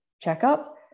checkup